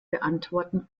beantworten